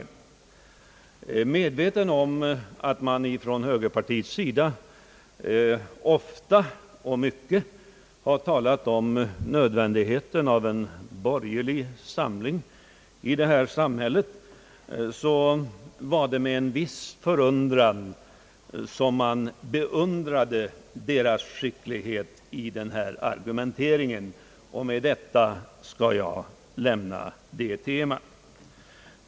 Medveten om att högerpartiet ofta och mycket har framhållit nödvändigheten av en borgerlig samling i vårt samhälle var det med en viss förundran man iakttog deras skicklighet i denna argumentering. Med det skall jag lämna detta tema.